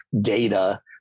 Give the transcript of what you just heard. data